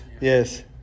Yes